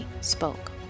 spoke